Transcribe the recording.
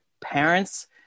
parents